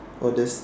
oh that's